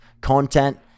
content